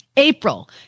April